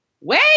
Wait